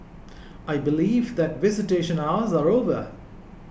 I believe that visitation hours are over